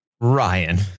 ryan